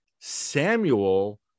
Samuel